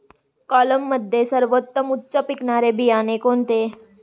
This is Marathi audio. कोलममध्ये सर्वोत्तम उच्च पिकणारे बियाणे कोणते?